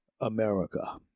America